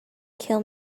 kill